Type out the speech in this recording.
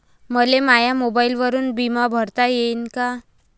मले माया मोबाईलवरून बिमा भरता येईन का?